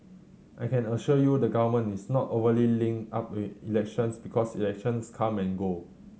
I can assure you the Government is not overly linked up with elections because elections come and go